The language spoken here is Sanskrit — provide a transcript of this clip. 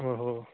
ओ हो